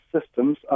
Systems